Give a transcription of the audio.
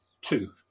two